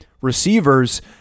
receivers